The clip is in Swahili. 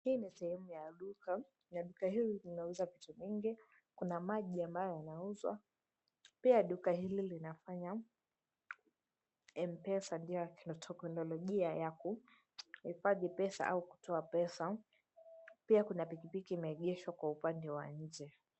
Hii ni sehemu ya duka na duka hili linauza vitu vingi. Kuna maji ambayo yanuzwa. Pia duka hili linafanya mpesa ndio teknolojia ya kuhifadhi pesa au kutoa pesa. Pia kuna pikipiki imeegeshwa kwa upande wa nje.